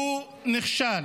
הוא נכשל,